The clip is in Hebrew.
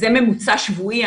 זה ממוצע שבועי,